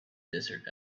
desert